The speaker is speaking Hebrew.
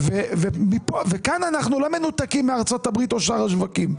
כאן אנחנו לא מנותקים מארצות-הברית או שאר השווקים.